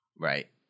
Right